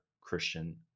Christian